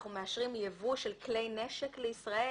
אנחנו מאשרים ייבוא של כלי נשק לישראל.